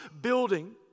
building